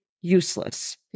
useless